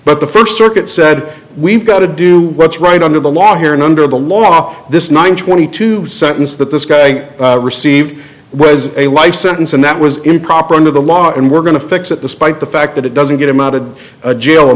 but the first circuit said we've got to do what's right under the law here and under the law this one twenty two sentence that this guy received was a life sentence and that was improper under the law and we're going to fix it despite the fact that it doesn't get him out of jail a